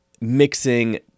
mixing